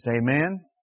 Amen